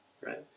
right